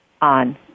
on